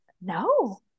no